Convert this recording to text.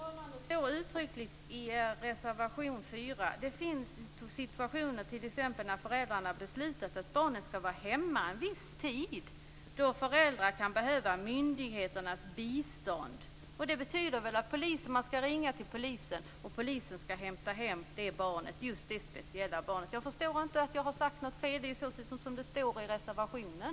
Herr talman! Det står uttryckligt i er reservation 4: "Det finns andra situationer, t.ex. när föräldrarna beslutat att barnet skall vara hemma en viss tid, då föräldrar kan behöva myndigheternas bistånd." Det betyder väl att man skall ringa till polisen och polisen skall hämta hem det speciella barnet. Jag förstår inte att jag sagt något fel utan precis det som står i reservationen.